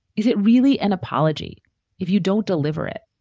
is it really an apology if you don't deliver it?